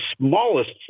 smallest